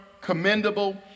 commendable